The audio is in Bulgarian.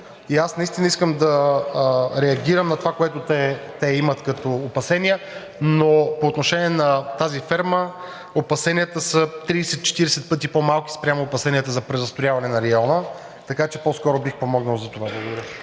и аз наистина искам да реагирам на това, което те имат като опасения. Но по отношение на тази ферма опасенията са 30 – 40 пъти по-малки спрямо опасенията за презастрояване на района. Така че по-скоро бих помогнал за това. Благодаря.